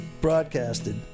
broadcasted